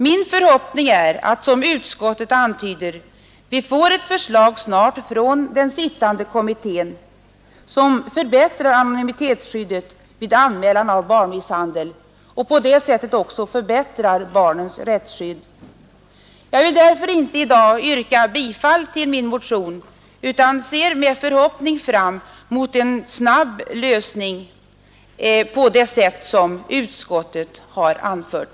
Min förhoppning är att, som utskottet antyder, vi snart får ett förslag från den sittande kommittén vilket förbättrar anonymitetsskyddet vid anmälan av barnmisshandel och på det sättet också förbättrar barnens rättsskydd. Jag vill därför inte i dag yrka bifall till min motion utan ser fram mot en snabb lösning på det sätt som utskottet har angivit.